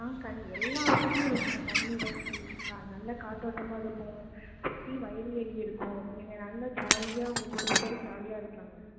ஆ கண் எல்லாம் வசதியும் இருக்குதுங்க தண்ணி வசதி கா நல்ல காத்தோட்டமாக இருக்குது சுற்றி வயல்வெளி இருக்கும் நீங்கள் நல்ல ஜாலியாக உங்கள் குடும்பத்தோடு ஜாலியாக இருக்கலாங்க